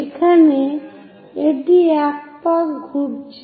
এখানে এটি এক পাক ঘুরেছে